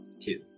Two